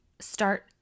start